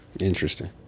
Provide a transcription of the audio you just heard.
Interesting